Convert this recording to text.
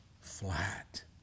flat